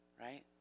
right